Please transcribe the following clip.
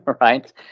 right